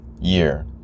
year